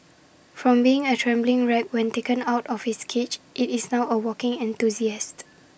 from being A trembling wreck when taken out of its cage IT is now A walking enthusiast